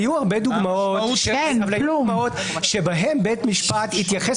היו הרבה דוגמאות שבהן בית משפט התייחס